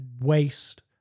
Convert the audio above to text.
waste